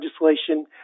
legislation